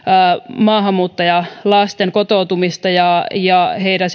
maahanmuuttajalasten kotoutumista ja ja heidän